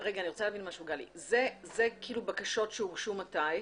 אני רוצה להבין, גלי, אלה בקשות שהוגשו מתי?